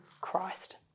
Christ